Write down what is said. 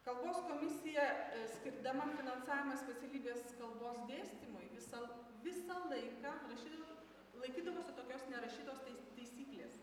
kalbos komisija skirdama finansavimą specialybės kalbos dėstymui visą l visą laiką prašydavo laikydavosi tokios nerašytos tais taisyklės